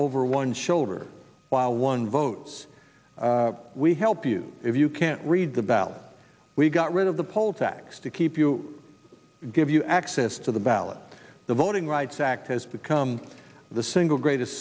over one shoulder while one votes we help you if you can't read the bell we got rid of the poll tax to keep you give you access to the ballot the voting rights act has become the single greatest